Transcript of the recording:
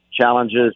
challenges